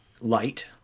light